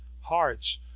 hearts